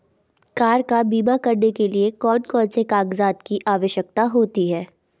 Car का बीमा करने के लिए कौन कौन से कागजात की आवश्यकता होती है?